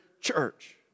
church